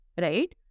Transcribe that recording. right